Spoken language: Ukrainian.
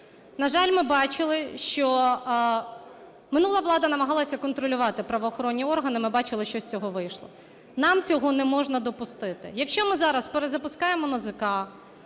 На жаль, ми бачили, що минула влада намагалася контролювати правоохоронні органи. Ми бачили, що з цього вийшло. Нам цього не можна допустити. Якщо ми зараз перезапускаємо НАЗК,